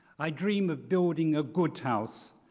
i dream of building a good house,